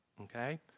okay